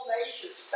nations